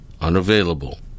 unavailable